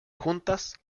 juntas